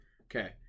Okay